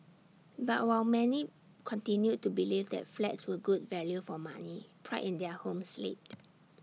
but while many continued to believe that flats were good value for money pride in their homes slipped